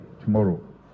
tomorrow